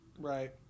right